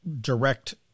direct